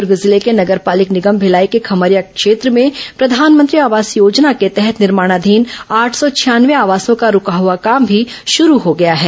दूर्ग जिले के नगर पालिक निगम भिलाई के खम्हरिया क्षेत्र में प्रधानमंत्री आवास योजना के तहत निर्माणाधीन आठ सौ छियानवे आवासों का रूका हुआ काम भी शुरू हो गया है